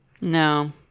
no